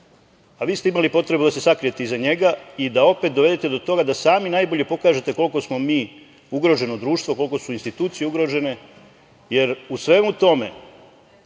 a vi ste imali potrebu da se sakrijete iza njega i da opet dovedete do toga da sami najbolje pokažete koliko smo mi ugroženo društvo, koliko su institucije ugrožene. Jer, u svemu tome